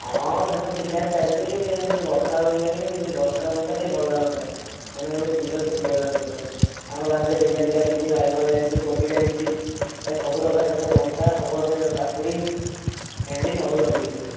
ହଁ ସେସବୁ ଠିକ୍ଠାକ୍ ଚାଲିଛି ଯେ ବର୍ଷା ହେଉନାହିଁ ଯଦି ବର୍ଷାଟା ହୁଅନ୍ତା ଟିକିଏ ଭଲ ଲାଗନ୍ତା ନହେଲେ ସବୁ ବିଲ ଶୁଖିଗଲାଣି ପୁରା ଆମ ବାଡ଼ିରେ ବିଲାତି ଲାଗିଛି ବାଇଗଣ ଲାଗିଛି କୋବି ଲାଗିଛି ପ୍ରାୟ ସବୁପ୍ରକାର ଚାଷ ଲଙ୍କା ସବୁ ଆମେ କାକୁଡ଼ି ଭେଣ୍ଡି ସବୁ ଲଗାଇଛୁ